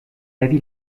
l’avis